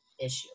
issue